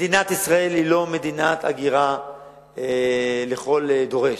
מדינת ישראל היא לא מדינת הגירה לכל דורש.